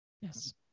Yes